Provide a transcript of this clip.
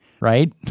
right